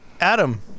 Adam